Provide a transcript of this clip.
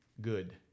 good